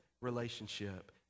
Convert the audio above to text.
relationship